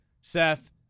Seth